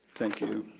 thank you.